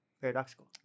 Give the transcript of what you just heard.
Paradoxical